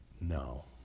no